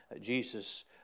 Jesus